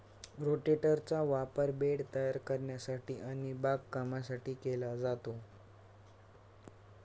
रोटेटरचा वापर बेड तयार करण्यासाठी आणि बागकामासाठी केला जातो